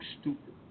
stupid